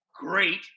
Great